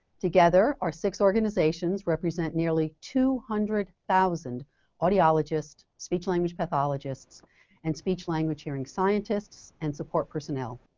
together, our six organizations represent nearly two hundred thousand audiologists, speech-language pathologists and speech-language hearing scientists and support personnel.